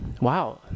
Wow